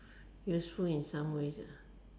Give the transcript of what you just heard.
useful in some ways ah